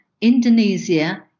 Indonesia